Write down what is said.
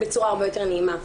בצורה הרבה יותר נעימה,